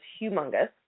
humongous